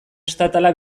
estatala